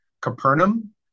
Capernaum